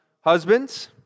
husbands